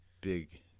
big